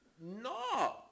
No